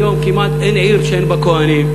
היום כמעט אין עיר שאין בה כוהנים,